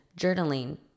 journaling